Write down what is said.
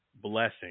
blessing